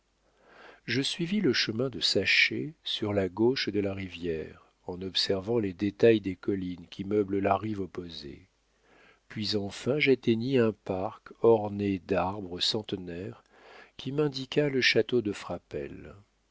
je suivis le chemin de saché sur la gauche de la rivière en observant les détails des collines qui meublent la rive opposée puis enfin j'atteignis un parc orné d'arbres centenaires qui m'indiqua le château de frapesle